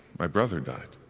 my brother died.